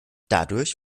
dadurch